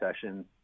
session